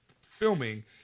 filming